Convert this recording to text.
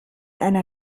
einer